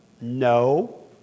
No